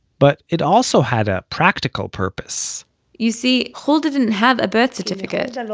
but it also had a practical purpose you see, hulda didn't have a birth certificate. and